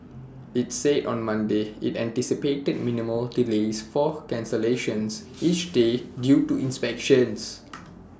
IT said on Monday IT anticipated minimal delays for cancellations each day due to inspections